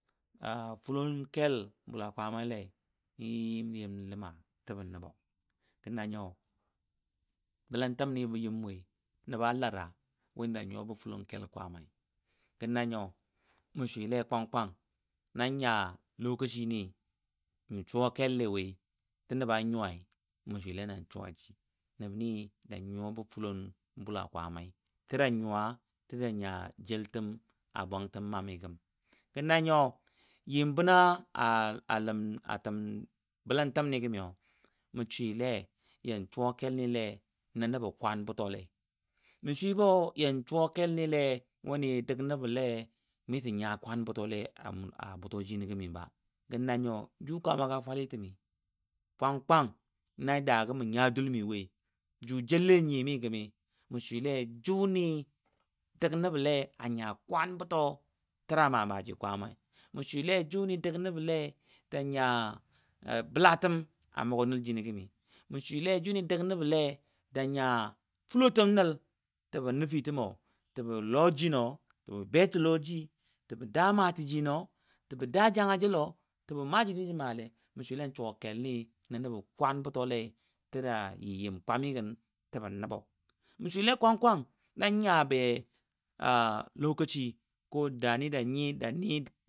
FuLon kEL BuLa Kwaamai Lei bə yɨyɨ yɨm Ləma təbə nəbo. Gə nanyo, bələməmtəmnɨ bə yəmwoi nəbə Lədə wonɨ da nyuwa bə FuLon KeL Kwaa mai, ganan yo, mə swiLe Kwang Kwqang nanya. nɨ mə suwa keLLe woi, tə na banyu wai, mə swiLen an suwaJɨ. Nəbnɨ janyuwa bə FuLon Bulla kwaamai tə da nyuwa tədanya jeLtəm a bwangtəm mmmɨ gəm. Gə nanyo yɔm bənə a təm bəLəntəm nɨ gəmɨ yo, mə swiLe Yan suwakEl meLe nə bə kwaan butoLe abuto jɨta gəmɨ gə nanyo, Ju kwaama ga fwaLa təmɨ kwang kwang na daa gə mənyə duL mɨ woɨ Ju jeLLe nYa Yomɨ gəmʊ mə swiL junɨ dəg nəbə ə nya kwaan buto tə da maa maaji kwaamai. Mə swɨLe Junt dəgnəbə janya FuLotəm nəL təbə LOji, təbə daa maaji Jino, təbə daa jange Jalo təbə maaji JuJɨ maale, miswLen suwa Kel nɨ nə nəbə kwaan buto Lei təbə kwaan buto Lei tədayɨ yɨm kwamɨgən təbə nəbo be. Mə SwiL kwang kwang, nan nya be. daa nɨ da nɨ danɨ.